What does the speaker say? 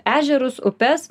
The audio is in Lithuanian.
ežerus upes